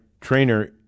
trainer